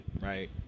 right